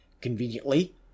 Conveniently